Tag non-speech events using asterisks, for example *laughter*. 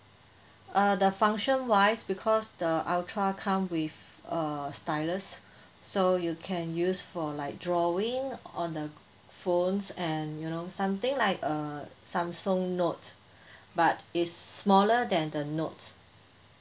uh the function wise because the ultra come with a stylus *breath* so you can use for like drawing on the phone and you know something like uh samsung note *breath* but it's smaller than the note